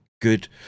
good